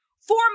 four